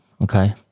Okay